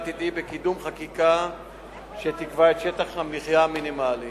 העתידי בקידום חקיקה שתקבע את שטח המחיה המינימלי.